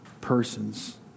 persons